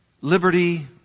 Liberty